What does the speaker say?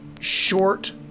short